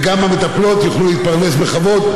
וגם המטפלות יוכלו להתפרנס בכבוד,